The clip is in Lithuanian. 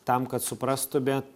tam kad suprastų bet